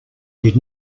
did